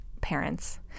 parents